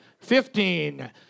fifteen